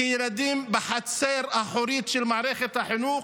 ילדים בחצר האחורית של מערכת החינוך,